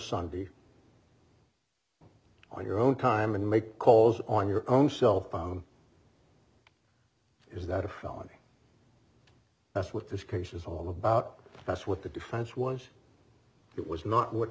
sunday on your own time and make calls on your own cell phone is that a felony that's what this case is all about that's what the defense was it was not what